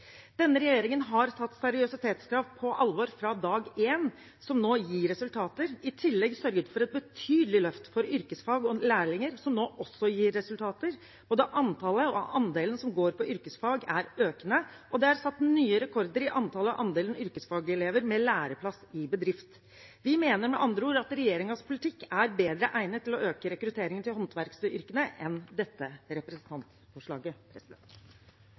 tatt seriøsitetskrav på alvor fra dag én, noe som nå gir resultater, og i tillegg sørget for et betydelig løft for yrkesfag og lærlinger som nå også gir resultater. Både antallet og andelen som går på yrkesfag er økende, og det er satt nye rekorder i antallet og andelen yrkesfagelever med læreplass i bedrift. Vi mener med andre ord at regjeringens politikk er bedre egnet til å øke rekrutteringen til håndverksyrkene enn dette representantforslaget.